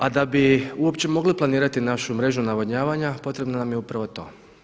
A da bi uopće mogli planirati našu mrežu navodnavanja potrebno nam je upravo to.